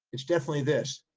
it's definitely this,